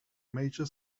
major